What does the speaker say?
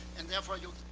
and therefore, you